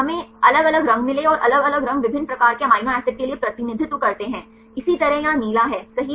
हमें अलग अलग रंग मिले और अलग अलग रंग विभिन्न प्रकार के अमीनो एसिड के लिए प्रतिनिधित्व करते हैं इसी तरह यहाँ नीला है सही